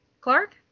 Clark